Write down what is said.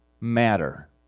matter